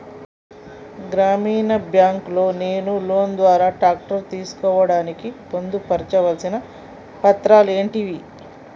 గ్రామీణ బ్యాంక్ లో నేను లోన్ ద్వారా ట్రాక్టర్ తీసుకోవడానికి పొందు పర్చాల్సిన పత్రాలు ఏంటివి?